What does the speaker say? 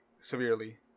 severely